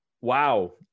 wow